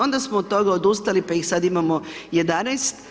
Onda smo od toga odustali pa ih sada imamo 11.